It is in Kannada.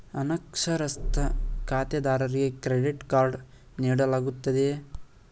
ಅನಕ್ಷರಸ್ಥ ಖಾತೆದಾರರಿಗೆ ಕ್ರೆಡಿಟ್ ಕಾರ್ಡ್ ನೀಡಲಾಗುತ್ತದೆಯೇ?